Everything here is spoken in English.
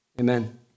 amen